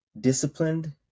disciplined